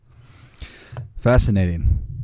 fascinating